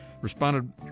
responded